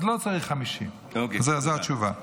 אז לא צריך 50. זו התשובה.